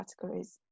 categories